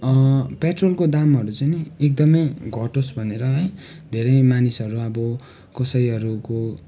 पेट्रलको दामहरू चाहिँ नि एकदमै घटोस् भनेर है धेरै मानिसहरू अब कसैहरूको